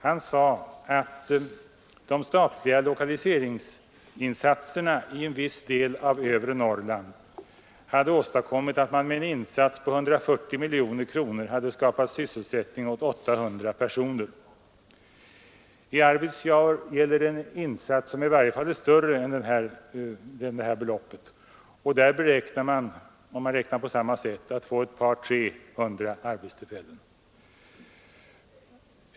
Han sade att de statliga lokaliseringsinsatserna i en viss del av övre Norrland hade åstadkommit att man med en insats av 140 miljoner kronor hade skapat sysselsättning åt 800 personer. I Arvidsjaur gäller det en insats, som i varje fall är större än det beloppet. Där förväntar man sig, om vi räknar på samma sätt, att skapa 200—300 arbetstillfällen.